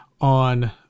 on